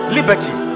Liberty